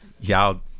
y'all